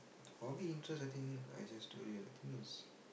hobby interest I think I just told you I think is